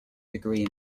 degree